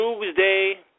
Tuesday